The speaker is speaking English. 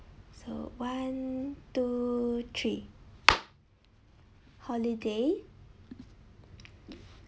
so one two three holiday